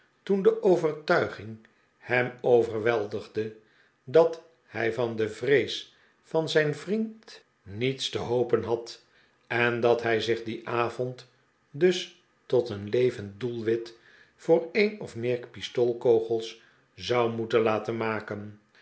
toen de overtuiging hem overweldigde dat hij van de vrees van zijn vriend niets te hopen had en dat hij zich dien avond dus tot een levend doelwit voor een of meer pistoolkogels zou moeten laten maken